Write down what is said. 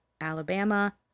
Alabama